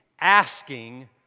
asking